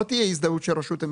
לא תהיה הזדהות של רשות המיסים,